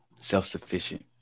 self-sufficient